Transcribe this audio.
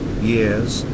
years